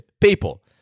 People